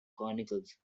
chronicles